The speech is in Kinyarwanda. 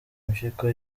impyiko